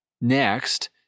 Next